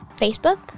Facebook